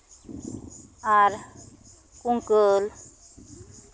ᱟᱨ ᱠᱩᱝᱠᱟᱹᱞ